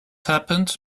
happened